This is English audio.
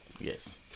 Yes